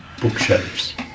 bookshelves